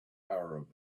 arab